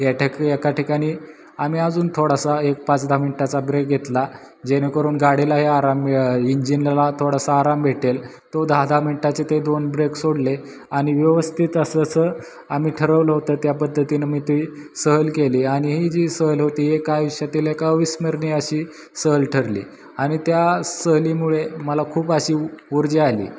यात एका ठिकाणी आम्ही अजून थोडासा एक पाच दहा मिनटाचा ब्रेक घेतला जेणेकरून गाडीलाही आराम इंजिनला थोडासा आराम भेटेल तो दहा दहा मिनटाचे ते दोन ब्रेक सोडले आणि व्यवस्थित जसं जसं आम्ही ठरवलं होतं त्या पद्धतीनं मी ती सहल केली आणि ही जी सहल होती एक आयुष्यातील एका अविस्मरणीय अशी सहल ठरली आनि त्या सहलीमुळे मला खूप अशी उर्जा आली